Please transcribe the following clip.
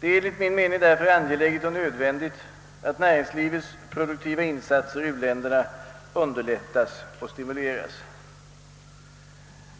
Det är därför enligt min mening angeläget och nödvändigt att näringslivets produktiva insatser i u-länderna underlättas och stimuleras.